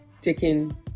taking